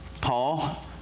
Paul